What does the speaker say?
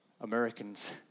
Americans